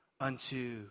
unto